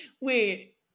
Wait